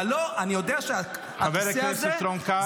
אני יודע שהכיסא הזה -- חבר הכנסת רון כץ,